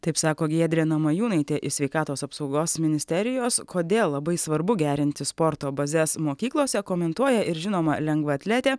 taip sako giedrė namajūnaitė iš sveikatos apsaugos ministerijos kodėl labai svarbu gerinti sporto bazes mokyklose komentuoja ir žinoma lengvaatletė